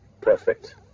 Perfect